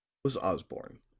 was osborne.